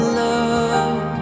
love